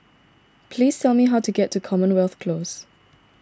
please tell me how to get to Commonwealth Close